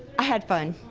i had fun.